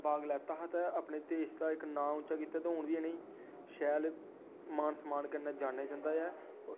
भाग लैता हा ते अपने देश दा इक नांऽ उच्चा कीता ते हून बी इ'नें ई शैल मान सम्मान कन्नै जानेआ जंदा ऐ